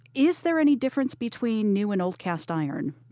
is there any difference between new and old cast iron?